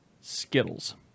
Skittles